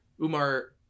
Umar